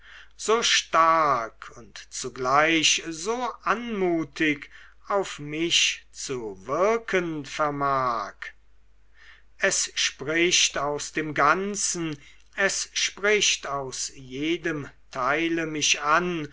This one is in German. so stark und zugleich so anmutig auf mich zu wirken vermag es spricht aus dem ganzen es spricht aus jedem teile mich an